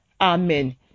Amen